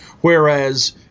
Whereas